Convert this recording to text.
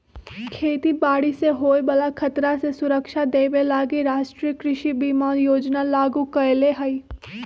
खेती बाड़ी से होय बला खतरा से सुरक्षा देबे लागी राष्ट्रीय कृषि बीमा योजना लागू कएले हइ